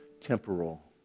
temporal